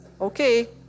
okay